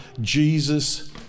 Jesus